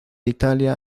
italia